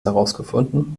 herausgefunden